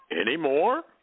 anymore